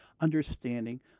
understanding